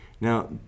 Now